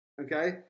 okay